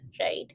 Right